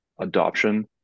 adoption